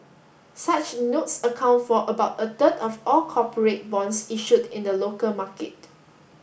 such notes account for about a third of all corporate bonds issued in the look market